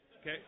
okay